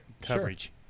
coverage